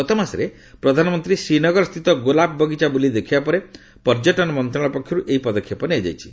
ଗତମାସରେ ପ୍ରଧାନମନ୍ତ୍ରୀ ଶ୍ରୀନଗରସ୍ଥିତ ଗୋଲାପ ବଗିଚା ବୁଲି ଦେଖିବା ପରେ ପର୍ଯ୍ୟଟନ ମନ୍ତ୍ରଣାଳୟ ପକ୍ଷରୁ ଏହି ପଦକ୍ଷେପ ନିଆଯାଇଛି